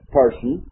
person